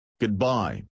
Goodbye